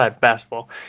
basketball